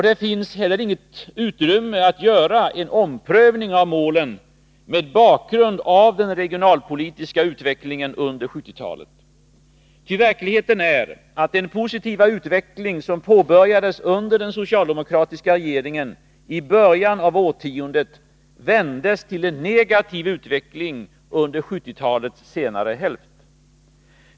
Det finns inte heller något utrymme att göra en omprövning av målen mot bakgrund av den regionalpolitiska utvecklingen under 1970-talet, ty verkligheten är att den positiva utveckling som påbörjades under den socialdemokratiska regeringen i början av årtiondet vändes till en negativ utveckling under 1970-talets senare hälft.